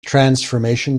transformation